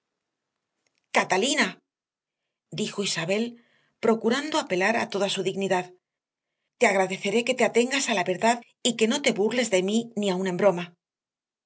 catalina dijo isabel procurando apelar a toda su dignidad te agradeceré que te atengas a la verdad y que no te burles de mí ni aun en broma